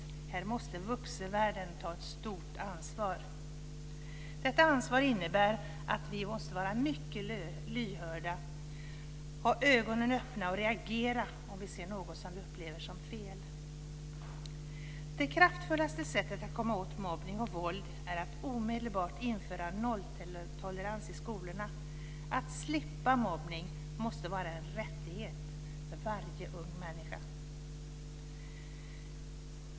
Här måste vuxenvärlden ta ett stort ansvar. Detta ansvar innebär att vi måste vara mycket lyhörda, ha ögonen öppna och reagera om vi ser något som vi upplever som fel. Det kraftfullaste sättet att komma åt mobbning och våld är att omedelbart införa nolltolerans i skolorna. Att slippa mobbning måste vara en rättighet för varje ung människa.